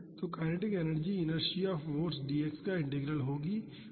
तो kinetic energy inertia force dx का integral होगी